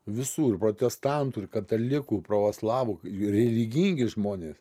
visų ir protestantų ir katalikų i pravoslavų religingi žmonės